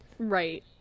Right